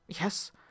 Yes